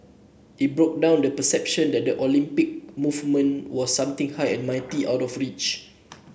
it broke down the perception that the Olympic movement was something high and mighty out of reach